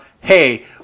Hey